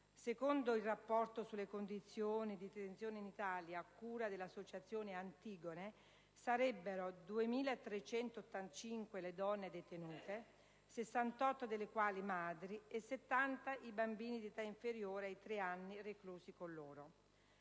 Secondo il Rapporto sulle condizioni di detenzione in Italia, a cura dell'associazione «Antigone», sarebbero 2.385 le donne detenute, 68 delle quali madri, e 70 i bambini di età inferiore ai tre anni reclusi con loro.